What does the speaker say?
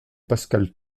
pascal